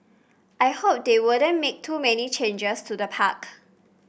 I hope they won't make too many changes to the park